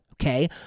okay